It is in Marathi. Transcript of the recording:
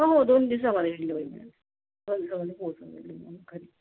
हो हो दोन दिवसामध्ये डिलिवरी मिळेल दोन दिवसामध्ये पोचून जाईल तुम्हाला घरी